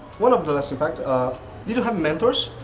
one of the last in fact, did you have mentors?